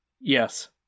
Yes